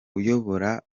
uyobora